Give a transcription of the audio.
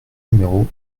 numéro